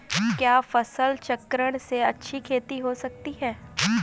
क्या फसल चक्रण से अच्छी खेती हो सकती है?